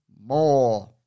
more